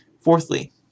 Fourthly